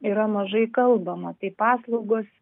yra mažai kalbama tai paslaugos